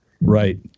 Right